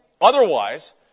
otherwise